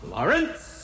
Lawrence